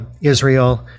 Israel